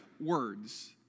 words